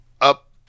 up